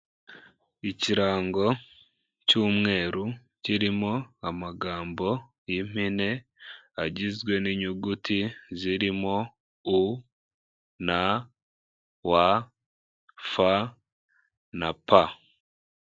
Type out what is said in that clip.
Ikirango cy'umweru kirimo amagambo y'impene agizwe n'inyuguti zirimo u, na, wa, fa na pa.